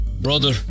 Brother